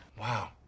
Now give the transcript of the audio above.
Wow